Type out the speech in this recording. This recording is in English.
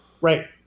Right